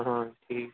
ہاں ٹھیک ہے